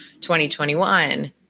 2021